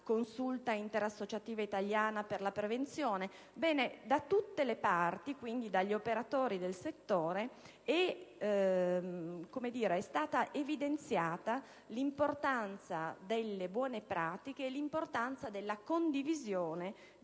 Consulta interassociativa italiana per la prevenzione), da tutte le parti, quindi dagli operatori del settore, è stata evidenziata l'importanza delle buone pratiche e l'importanza della condivisione